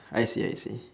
I see I see